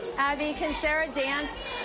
abby, can sarah dance?